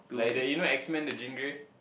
like the you know X men the Jean-Grey